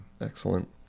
Excellent